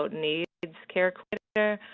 needs care coordinator.